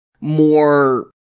more